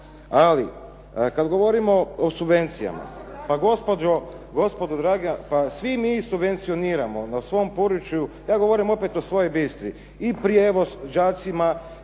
Ali, kad govorimo o subvencijama. …/Upadica se ne čuje./… Pa gospodo draga, pa svi mi subvencioniramo na svom području. Ja govorim opet o svojoj Bistri, i prijevoz đacima,